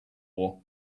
war